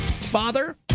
father